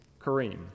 Kareem